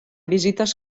visites